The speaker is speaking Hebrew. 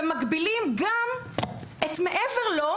ומגבילים גם את המעבר שלו.